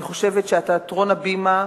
אני חושבת שתיאטרון "הבימה",